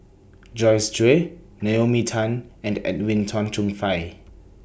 Joyce Jue Naomi Tan and Edwin Tong Chun Fai